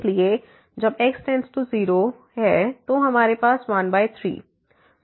इसलिए जब x→0 goes to 0 है तो हमारे पास 13